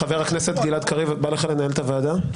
חבר הכנסת קריב, בא לך לנהל את הוועדה?